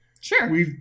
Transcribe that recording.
Sure